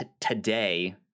Today